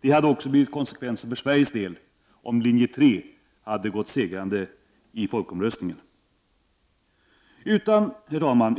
Det hade också blivit konsekvensen för Sveriges del om linje 3 hade gått segrande ur folkomröstningen. Herr talman!